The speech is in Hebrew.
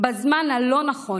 בזמן הלא-נכון,